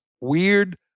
weird